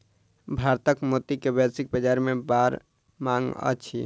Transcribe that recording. भारतक मोती के वैश्विक बाजार में बड़ मांग अछि